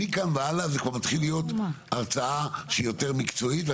מכאן והלאה זה כבר מתחיל להיות הרצאה שהיא יותר מקצועית,